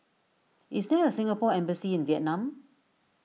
is there a Singapore Embassy in Vietnam